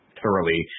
thoroughly